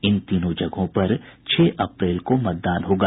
इन तीनों जगहों पर छह अप्रैल को मतदान होगा